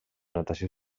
natació